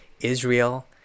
israel